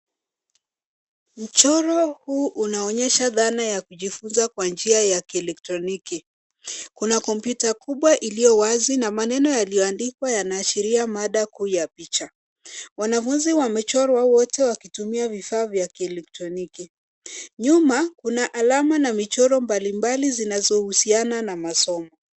Mchoro huu unaonyesha dhana ya kujifunza kwa njia ya kielektroniki. Kuna kompyuta kubwa iliyo wazi na maneno iliyoandikwa yaanashiria mada kuu ya picha. Wanafunzi wamechorwa wote wakitumia vifaa vya kielektroniki. Nyuma kuna alama na michoro mbalimbali zinazohusiana na masomo.